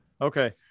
Okay